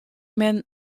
men